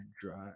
Drive